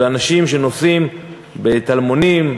של אנשים שנוסעים בטלמונים,